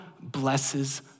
blesses